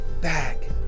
back